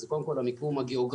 זה קודם כול המיקום הגיאוגרפי,